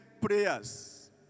prayers